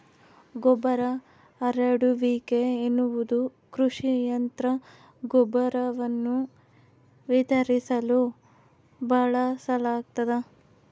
ಗೊಬ್ಬರ ಹರಡುವಿಕೆ ಎನ್ನುವುದು ಕೃಷಿ ಯಂತ್ರ ಗೊಬ್ಬರವನ್ನು ವಿತರಿಸಲು ಬಳಸಲಾಗ್ತದ